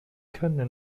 können